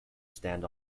stand